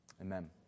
amen